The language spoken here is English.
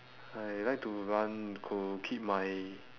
I like to run to keep my